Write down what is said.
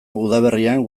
udaberrian